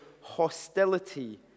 hostility